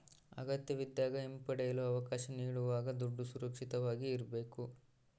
ಅಗತ್ಯವಿದ್ದಾಗ ಹಿಂಪಡೆಯಲು ಅವಕಾಶ ನೀಡುವಾಗ ದುಡ್ಡು ಸುರಕ್ಷಿತವಾಗಿ ಇರ್ಬೇಕು